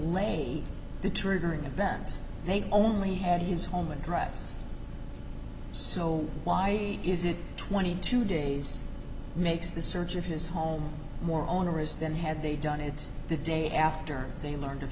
delayed the triggering event they only had his home address so why is it twenty two days makes the search of his home more onerous than had they done it the day after they learned of